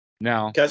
Now